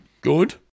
Good